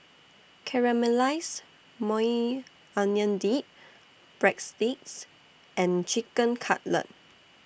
Caramelized Maui Onion Dip Breadsticks and Chicken Cutlet